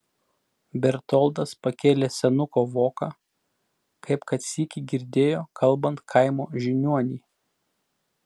bertoldas pakėlė senuko voką kaip kad sykį girdėjo kalbant kaimo žiniuonį